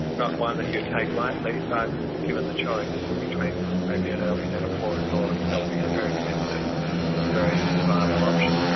not one that you take lightly but given the choice between maybe an early menopause or developing ovarian cancer it's a very viable option.